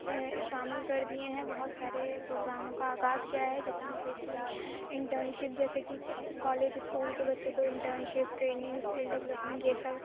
شامل کر دیے ہیں بہت سارے پروگراموں کا آغاز کیا ہے جس میں سے کہ انٹرن شپ جیسے کہ کالج اسکول کے بچوں کو internship training skill development یہ سب